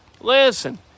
listen